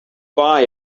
buy